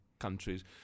Countries